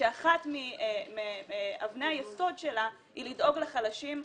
שאחת מאבני היסוד שלה היא לדאוג לחלשים,